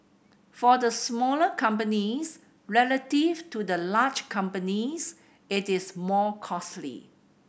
for the smaller companies relative to the large companies it is more costly